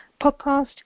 podcast